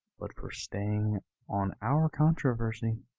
but for staying on our controversy,